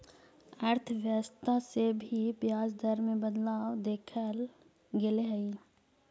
अर्थव्यवस्था से भी ब्याज दर में बदलाव देखल गेले हइ